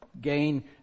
gain